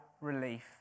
relief